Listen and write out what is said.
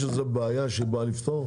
יש איזו בעיה שהיא באה לפתור?